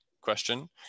question